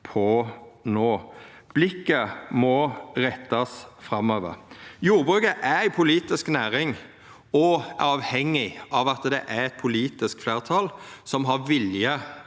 Blikket må rettast framover. Jordbruket er ei politisk næring og avhengig av at det er eit politisk fleirtal som har vilje